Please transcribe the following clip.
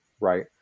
right